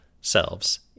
selves